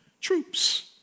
troops